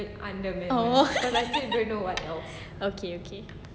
oh okay okay